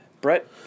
Brett